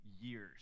years